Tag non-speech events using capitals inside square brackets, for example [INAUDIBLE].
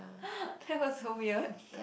[BREATH] that was so weird